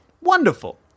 wonderful